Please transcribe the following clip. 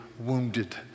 wounded